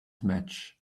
match